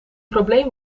probleem